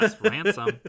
Ransom